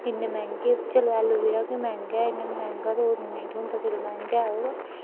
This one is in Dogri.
इन्ने मैह्ंगे चलो एलोवेरा दे मैंह्गा ऐ मैंह्गा ते नेई थ्होंदा चलो मैहंगा ऐ ओह् बा